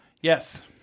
Yes